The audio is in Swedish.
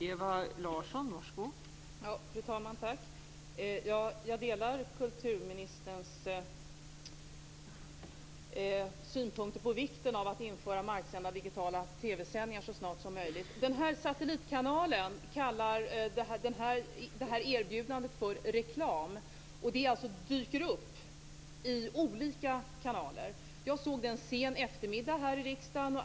Fru talman! Jag delar kulturministerns synpunkter på vikten av att införa marksända digitala TV sändningar så snart som möjligt. Den nämnda satellitkanalen kallar sitt erbjudande för reklam, och det dyker upp i olika kanaler. Jag såg det en sen eftermiddag här i riksdagen.